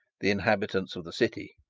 the inhabitants of the city,